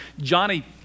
Johnny